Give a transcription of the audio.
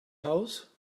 house